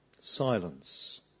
Silence